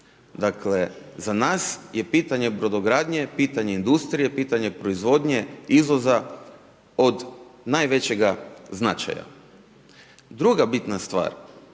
Dakle za nas je pitanje brodogradnje, pitanje industrije, pitanje proizvodnje, izvoza od najvećega značaja. Druga bitna stvar